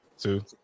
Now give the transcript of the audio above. two